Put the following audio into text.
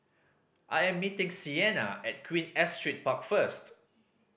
I am meeting Sienna at Queen Astrid Park first